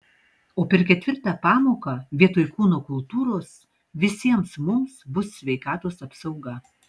o per ketvirtą pamoką vietoj kūno kultūros visiems mums bus sveikatos apsauga